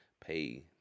pay